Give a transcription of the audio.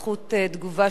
האם תנצל אותה?